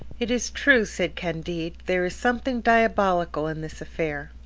it is true, said candide there is something diabolical in this affair.